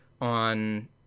on